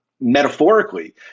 metaphorically